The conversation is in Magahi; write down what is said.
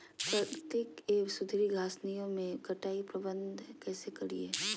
प्राकृतिक एवं सुधरी घासनियों में कटाई प्रबन्ध कैसे करीये?